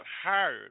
hired